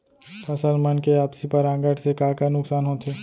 फसल मन के आपसी परागण से का का नुकसान होथे?